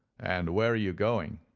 and where are you going?